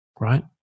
right